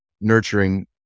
nurturing